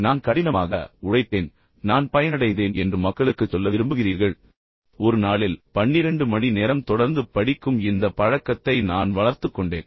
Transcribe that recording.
நான் கடினமாக உழைத்தேன் பின்னர் நான் பயனடைந்தேன் என்று நீங்கள் மக்களுக்குச் சொல்ல விரும்புகிறீர்கள் ஒரு நாளில் பன்னிரண்டு மணி நேரம் தொடர்ந்து படிக்கும் இந்த பழக்கத்தை நான் வளர்த்துக் கொண்டேன்